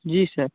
जी sir